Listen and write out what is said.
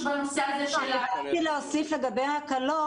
בנושא הזה של --- רציתי להוסיף לגבי ההקלות